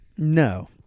No